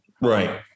Right